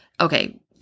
okay